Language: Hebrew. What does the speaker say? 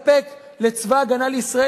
יש לנו הזדמנות היסטורית לספק לצבא-הגנה לישראל